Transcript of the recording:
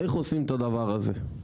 איך עושים את הדבר הזה?